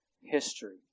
history